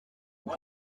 ont